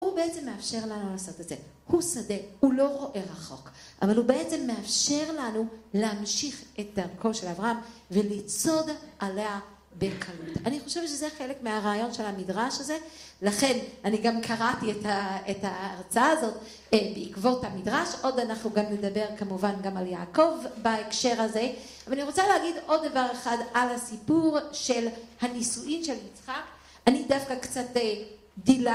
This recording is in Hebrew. הוא בעצם מאפשר לנו לעשות את זה. הוא שדה, הוא לא רואה רחוק, אבל הוא בעצם מאפשר לנו להמשיך את דרכו של אברהם ולצעוד עליה בקלות. אני חושבת שזה חלק מהרעיון של המדרש הזה, לכן אני גם קראתי את ההרצאה הזאת בעקבות המדרש, עוד אנחנו גם נדבר כמובן גם על יעקב בהקשר הזה, אבל אני רוצה להגיד עוד דבר אחד על הסיפור של הנישואין של יצחק. אני דווקא קצת דילגתי